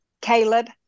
Caleb